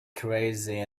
crazy